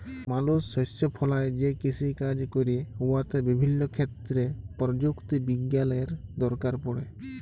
মালুস শস্য ফলাঁয় যে কিষিকাজ ক্যরে উয়াতে বিভিল্য ক্ষেত্রে পরযুক্তি বিজ্ঞালের দরকার পড়ে